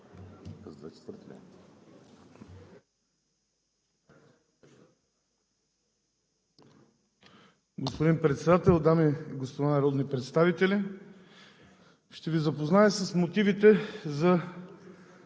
Господин Председател, дами и господа народни представители! Ще Ви запозная с мотивите за